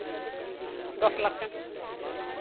ᱫᱚᱥ ᱞᱟᱠᱷ ᱜᱟᱱ